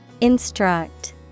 Instruct